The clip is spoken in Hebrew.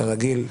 כרגיל,